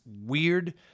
weird